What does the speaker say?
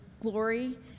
glory